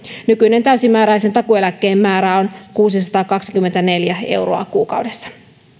kun nykyinen täysimääräisen takuueläkkeen määrä on kuusisataakaksikymmentäneljä euroa kuukaudessa